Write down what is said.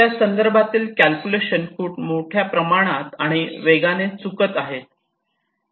त्यासंदर्भातील कॅल्क्युलेशन खूप मोठ्या प्रमाणावर आणि वेगाने चूकत आहेत